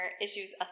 issues